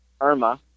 Irma